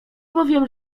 bowiem